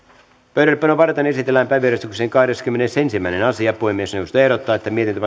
pöydällepanoa varten esitellään päiväjärjestyksen kahdeskymmenesensimmäinen asia puhemiesneuvosto ehdottaa että mietintö